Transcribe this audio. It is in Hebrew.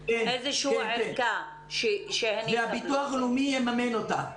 כן והביטוח הלאומי יממן אותה.